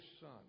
Son